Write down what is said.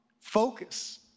Focus